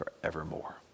forevermore